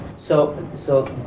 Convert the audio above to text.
so so